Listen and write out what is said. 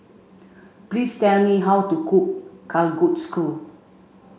please tell me how to cook Kalguksu